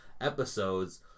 episodes